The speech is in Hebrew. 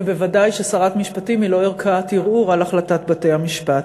ובוודאי ששרת המשפטים היא לא ערכאת ערעור על החלטת בתי-המשפט.